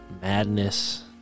madness